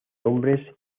hombres